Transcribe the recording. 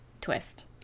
twist